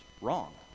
wrong